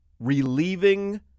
Relieving